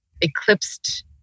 eclipsed